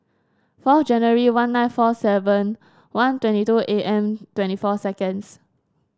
four January one nine four seven one twenty two A M twenty four seconds